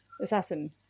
assassin